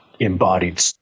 embodied